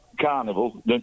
carnival